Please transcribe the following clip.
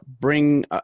bring